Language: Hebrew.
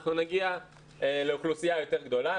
אנחנו נגיע לאוכלוסייה יותר גדולה,